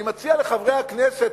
אני מציע לחברי הכנסת,